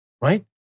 right